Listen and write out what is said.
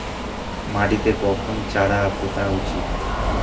মাটিতে কখন চারা পোতা উচিৎ?